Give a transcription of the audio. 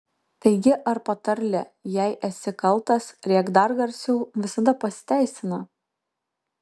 taigi ar patarlė jei esi kaltas rėk dar garsiau visada pasiteisina